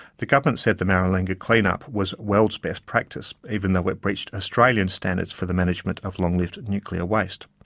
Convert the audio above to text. the government said the maralinga clean-up was world's best practice even though it breached australian standards for the management of long-lived nuclear waste.